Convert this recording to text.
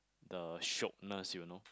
the shortness you know